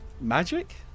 Magic